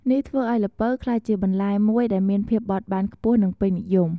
នេះធ្វើឲ្យល្ពៅក្លាយជាបន្លែមួយដែលមានភាពបត់បែនខ្ពស់ និងពេញនិយម។